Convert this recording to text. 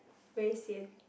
very sian